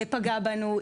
פגע בנו,